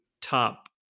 top